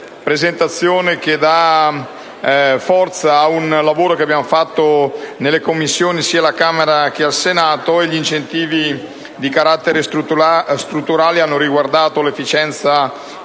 presentazione che dà forza a un lavoro che abbiamo fatto in Commissione, sia alla Camera che al Senato. Gli incentivi di carattere strutturale hanno riguardato l'efficienza